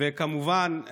וכמובן,